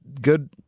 good